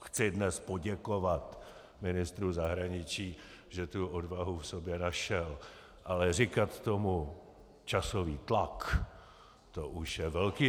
Chci dnes poděkovat ministru zahraničí, že tu odvahu v sobě našel, ale říkat tomu časový tlak, to už je velký eufemismus.